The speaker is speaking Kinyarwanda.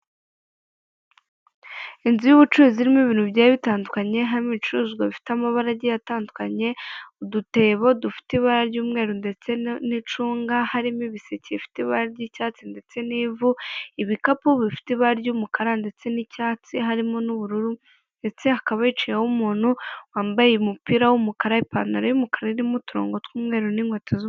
Inzu y'ubucuruzi irimo ibintu bigiye bitandukanye, harimo ibicuruzwa bifite amabara atandukanye, udutebo dufite ibara ry'umweru ndetse n'icunga, harimo ibiseke bifite ibara ry'icyatsi ndetse n'ivu, ibikapu bifite ibara ry'umukara ndetse n'icyatsi, harimo n'ubururu ndetse hakaba hicayeho umuntu wambaye umupira w'umukara, ipantaro y'umukara irimo uturongo tw'umweru n'inkweto.